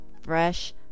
fresh